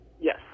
Yes